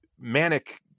manic